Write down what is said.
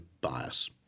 bias